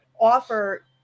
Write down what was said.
offer